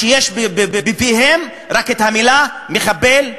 שיש בפיהם רק את המילה מחבל,